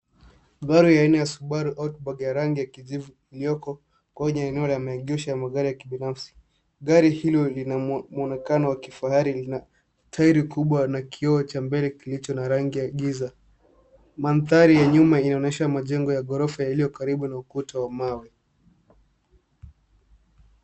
Gari aina ya Subaru Outback ya rangi ya kijivu iliyoko nje ya maegesho ya magari binafsi. Gari hilo lina mwonekano wa kifahari. Lina tairi kubwa na kioo cha mbele kilicho na rangi ya giza. Mandhari ya nyuma inaonesha jengo ya ghorofa iliyo karibu na ukuta wa mawe.